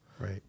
Right